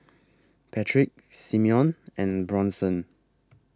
Patrick Simeon and Bronson